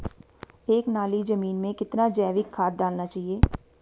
एक नाली जमीन में कितना जैविक खाद डालना चाहिए?